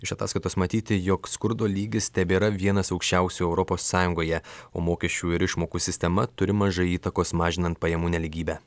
iš ataskaitos matyti jog skurdo lygis tebėra vienas aukščiausių europos sąjungoje o mokesčių ir išmokų sistema turi mažai įtakos mažinant pajamų nelygybę